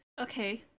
Okay